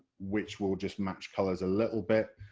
which will just match colours a little bit,